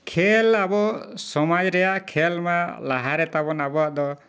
ᱠᱷᱮᱞ ᱟᱵᱚ ᱥᱚᱢᱟᱡᱽ ᱨᱮᱭᱟᱜ ᱠᱷᱮᱞ ᱢᱟ ᱞᱟᱦᱟ ᱨᱮᱛᱟᱵᱚᱱ ᱟᱵᱚᱣᱟᱜ ᱫᱚ